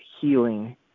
healing